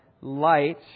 light